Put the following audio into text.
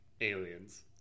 aliens